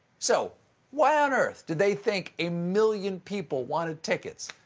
so why on earth did they think a million people wanted tickets?